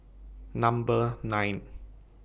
Number nine